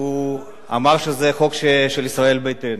שהוא אמר שזה חוק של ישראל ביתנו,